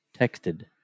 texted